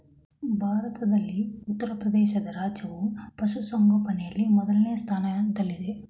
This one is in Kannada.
ಭಾರತದಲ್ಲಿ ಉತ್ತರಪ್ರದೇಶ ರಾಜ್ಯವು ಪಶುಸಂಗೋಪನೆಯಲ್ಲಿ ಮೊದಲನೇ ಸ್ಥಾನದಲ್ಲಿದೆ